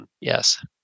Yes